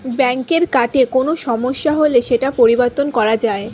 ব্যাঙ্কের কার্ডে কোনো সমস্যা হলে সেটা পরিবর্তন করা যায়